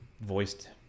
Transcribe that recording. voiced